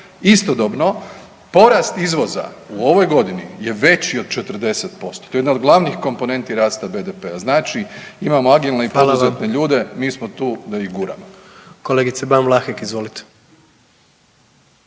Istodobno, porast izvoza u ovoj godini je veći od 40%, to je jedna od glavnih komponenti rasta BDP-a, znači imamo agilne i poduzetne ljude .../Upadica: Hvala vam./... mi smo tu